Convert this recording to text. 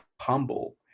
humble